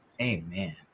Amen